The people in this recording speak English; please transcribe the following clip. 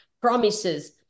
promises